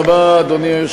אדוני.